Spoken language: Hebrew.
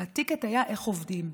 הטיקט היה: איך עובדים,